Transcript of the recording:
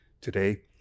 today